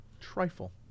Trifle